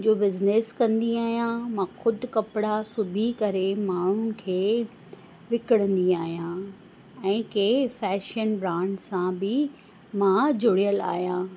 जो बिज़नेस कंदी आहियां मां ख़ुदि कपिड़ा सिबी करे माण्हुनि खे विकिणंदी आहियां ऐं कंहिं फैशन ब्रांड सां बि मां जुड़ियलु आहियां